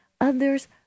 others